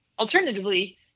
Alternatively